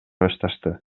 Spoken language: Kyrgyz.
башташты